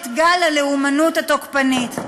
את גל הלאומנות התוקפנית.